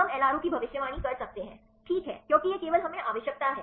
हम एलआरओ की भविष्यवाणी कर सकते हैं ठीक है क्योंकि यह केवल हमें आवश्यकता है